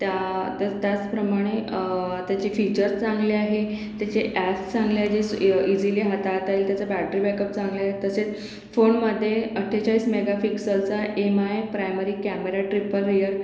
त्या तर त्याचप्रमाणे त्याचे फीचर्स चांगले आहे त्याचे अॅप्स चांगले आहे जे स् इजिली हाताळता येईल त्याचा बॅटरी बॅकअप चांगला आहे तसेच फोनमध्ये अठ्ठेचाळीस मेगा फिक्सलचा MI primary camera triple air